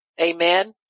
Amen